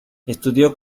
estudió